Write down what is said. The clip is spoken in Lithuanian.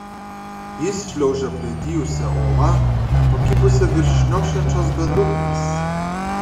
jis šliaužia apledijusia uola pakibusia virš šniokščiančios bedugnės